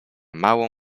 małą